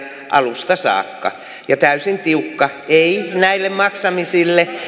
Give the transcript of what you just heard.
alusta saakka täysin selvä ja täysin tiukka ei näille maksamisille